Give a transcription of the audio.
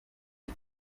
iki